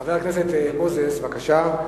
חבר הכנסת מוזס, בבקשה.